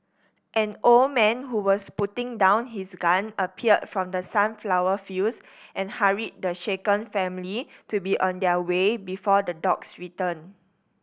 an old man who was putting down his gun appeared from the sunflower fields and hurried the shaken family to be on their way before the dogs return